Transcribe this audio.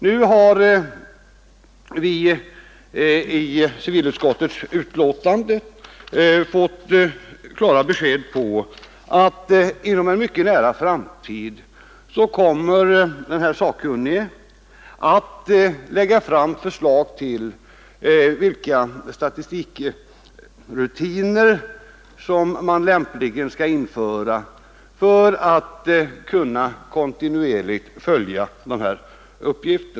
Nu har vi i civilutskottets betänkande fått klara besked om att denne sakkunnige inom en mycket nära framtid kommer att lägga fram förslag om vilka statistikrutiner som man lämpligen skall införa för att kunna kontinuerligt fullgöra denna uppgift.